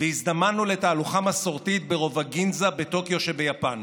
והזדמנו לתהלוכה מסורתית ברובע גינזה בטוקיו שביפן.